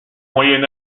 moyen